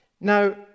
Now